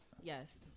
yes